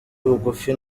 bugufi